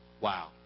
Wow